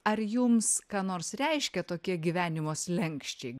ar jums ką nors reiškia tokie gyvenimo slenksčiai